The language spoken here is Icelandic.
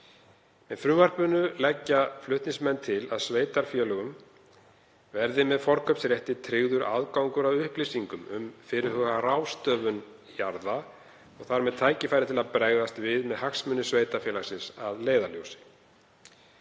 Með frumvarpinu leggja flutningsmenn til að sveitarfélögum verði með forkaupsrétti tryggður aðgangur að upplýsingum um fyrirhugaða ráðstöfun jarða og þar með tækifæri til að bregðast við með hagsmuni sveitarfélaganna að leiðarljósi.